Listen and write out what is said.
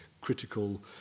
critical